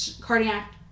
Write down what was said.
cardiac